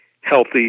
healthy